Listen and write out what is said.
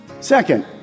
second